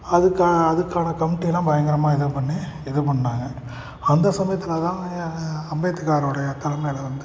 அதுக்கா அதுக்கான கமிட்டிலாம் பயங்கரமாக இது பண்ணி இது பண்ணாங்க அந்த சமயத்தில் தான் அம்பேத்காரோடய தலமையில் வந்து